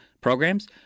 programs